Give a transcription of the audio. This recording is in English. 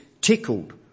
tickled